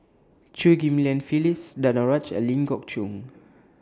Chew Ghim Lian Phyllis Danaraj and Ling Geok Choon